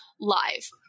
live